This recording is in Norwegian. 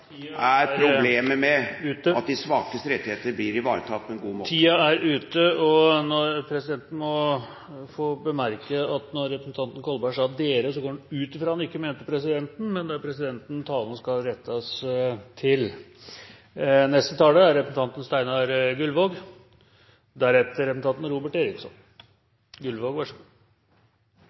er problemet med at de svakes rettigheter blir ivaretatt på en god måte? Taletiden er ute. Presidenten må få bemerke at når representanten Kolberg sa «dere», går jeg ut fra at han ikke mente presidenten. Det er presidenten talen skal rettes til. Hvis jeg har oppfattet representanten